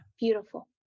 beautiful